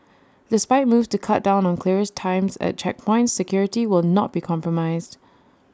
despite moves to cut down on clearance times at checkpoints security will not be compromised